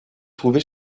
trouvé